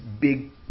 big